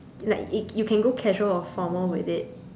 like it you can go casual or formal with it